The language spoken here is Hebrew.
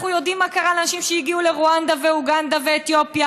אנחנו יודעים מה קרה לאנשים שהגיעו לרואנדה ואוגנדה ואתיופיה